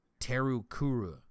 Terukuru